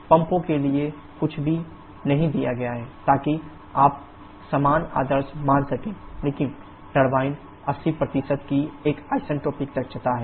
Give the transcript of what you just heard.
पंपों के लिए कुछ भी नहीं दिया गया है ताकि आप समान आदर्श मान सकें लेकिन टरबाइन 80 की एक आइसेंट्रोपिक दक्षता है